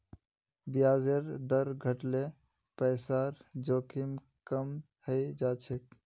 ब्याजेर दर घट ल पैसार जोखिम कम हइ जा छेक